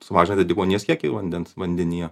sumažina deguonies kiekį vandens vandenyje